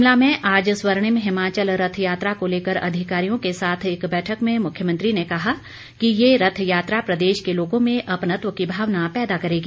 शिमला में आज स्वर्णिम हिमाचल रथ यात्रा को लेकर अधिकारियों के साथ एक बैठक में मुख्यमंत्री ने कहा कि ये रथ यात्रा प्रदेश के लोगों में अपनत्व की भावना पैदा करेगी